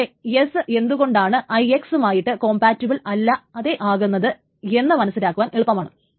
ഇതിലൂടെ S എന്തുകൊണ്ടാണ് IX മായിട്ട് കോംപാറ്റിബിൾ അല്ലാതെ ആകുന്നത് എന്ന് മനസ്സിലാക്കുവാൻ എളുപ്പമാണ്